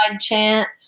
chant